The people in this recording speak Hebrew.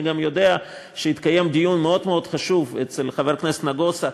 אני גם יודע שהתקיים דיון מאוד מאוד חשוב אצל חבר הכנסת נגוסה.